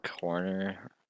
Corner